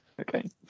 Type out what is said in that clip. Okay